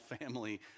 family